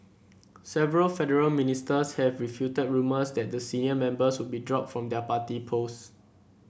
several federal ministers have refuted rumours that the senior members would be dropped from their party posts